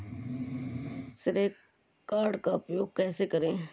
श्रेय कार्ड का उपयोग कैसे करें?